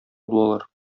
булалар